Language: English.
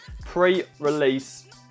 pre-release